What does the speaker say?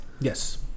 Yes